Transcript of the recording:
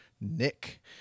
Nick